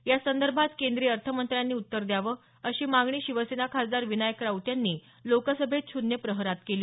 यासंदर्भात केंद्रीय अर्थमंत्र्यांनी उत्तर द्यावं अशी मागणी शिवसेना खासदार विनायक राऊत यांनी लोकसभेत शून्य प्रहारात केली